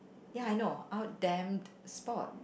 ya I know out them sport